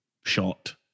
shot